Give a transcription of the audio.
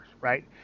right